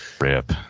rip